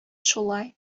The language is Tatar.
шулай